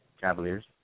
Cavaliers